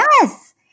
Yes